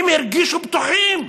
הם הרגישו בטוחים.